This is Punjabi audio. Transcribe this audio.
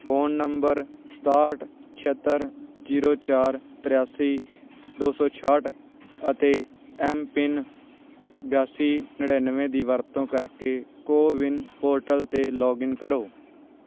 ਫ਼ੋਨ ਨੰਬਰ ਸਤਾਹਠ ਛਿਅੱਤਰ ਜੀਰੋ ਚਾਰ ਤ੍ਰਿਆਸੀ ਦੋ ਸੌ ਛਿਆਹਠ ਅਤੇ ਐਮਪਿਨ ਬਿਆਸੀ ਨੜਿੱਨਵੇਂ ਦੀ ਵਰਤੋਂ ਕਰਕੇ ਕੋ ਵਿਨ ਪੋਰਟਲ 'ਤੇ ਲੌਗਇਨ ਕਰੋ